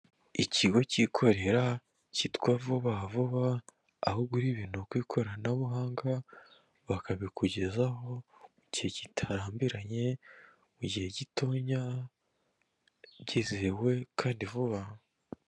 Ikigo cyikorera cyitwa vuba vuba, aho ugura ibintu ku ikoranabuhanga bakabikugezaho mu gihe kitarambiranye, mu gihe gitoya byizewe kandi vuba.